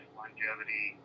longevity